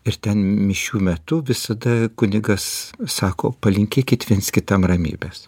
ir ten mišių metu visada kunigas sako palinkėkit viens kitam ramybės